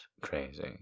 crazy